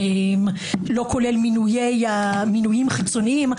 לא כולל מינויים חיצוניים.